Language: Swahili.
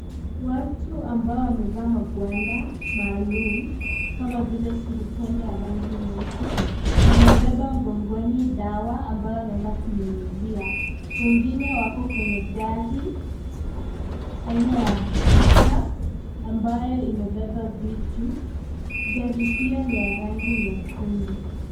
Watu ambao wamevaa magwanda maalum kama vile surupwenye ya rangi nyeupe wamebeba mgongoni dawa ambayo wanaenda kunyunyuzia . Wengine wako kwenye gari aina ya Pick Up ambayo imebeba vitu. Gari hiyo ni ya rangi nyekundu.